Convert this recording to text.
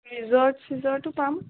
resort চিজৰ্টো পাম